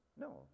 No